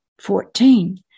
Fourteen